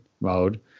mode